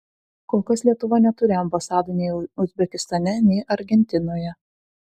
kol kas lietuva neturi ambasadų nei uzbekistane nei argentinoje